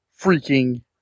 freaking